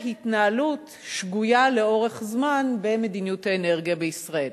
התנהלות שגויה לאורך זמן במדיניות האנרגיה בישראל.